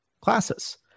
classes